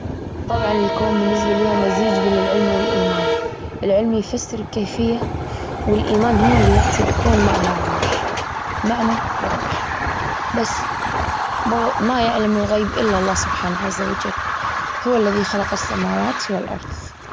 طبعا الكون بالنسبة لي هو مزيج بين العلم والإيمان. العلم يفسر الكيفية والإيمان هو اللي يعطي الكون معنى الروح معنى وروح. بس ب- ما يعلم الغيب إلا الله سبحانه عز وجل هو الذي خلق السماوات والأرض.